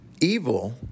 evil